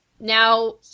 Now